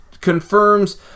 confirms